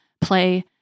Play